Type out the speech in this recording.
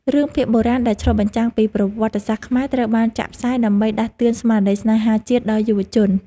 រឿងភាគបុរាណដែលឆ្លុះបញ្ចាំងពីប្រវត្តិសាស្ត្រខ្មែរត្រូវបានចាក់ផ្សាយ ដើម្បីដាស់តឿនស្មារតីស្នេហាជាតិដល់យុវជន។